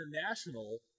international